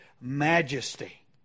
majesty